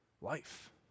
life